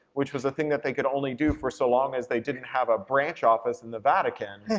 which was a thing that they could only do for so long as they didn't have a branch office in the vatican,